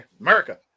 America